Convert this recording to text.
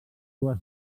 dues